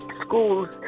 schools